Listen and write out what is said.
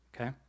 Okay